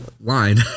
line